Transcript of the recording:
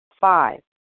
Five